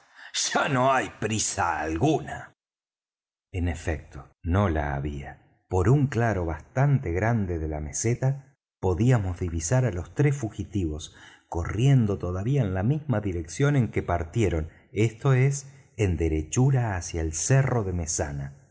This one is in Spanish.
ya no hay prisa ninguna en efecto no la había por un claro bastante grande de la meseta podíamos divisar á los tres fugitivos corriendo todavía en la misma dirección en que partieron esto es en derechura hacia el cerro de mesana